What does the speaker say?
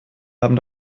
haben